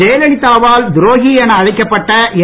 ஜெயலலிதாவால் துரோகி என அழைக்கப்பட்ட என்